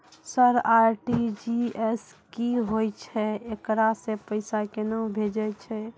Sir RTGS की होय छै, एकरा से पैसा केना भेजै छै?